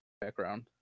background